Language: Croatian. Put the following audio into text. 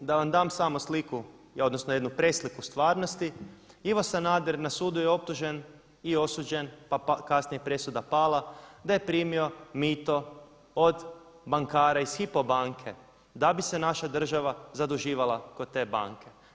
Da vam dam samo sliku odnosno jednu presliku stvarnosti Ivo Sanader na sudu je optužen i osuđen pa je kasnije presuda pala da je primio mito od bankara iz Hypo banke da bi se naša država zaduživala kod te banke.